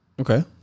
Okay